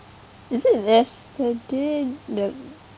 is it yesterday the